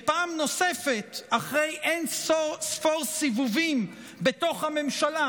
פעם נוספת, אחרי אין-ספור סיבובים בתוך הממשלה,